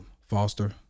foster